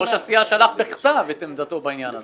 ראש הסיעה שלח בכתב את עמדתו בעניין הזה.